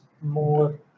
more